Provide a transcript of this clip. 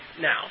now